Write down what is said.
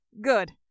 Good